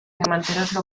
mantenerlo